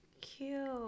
Cute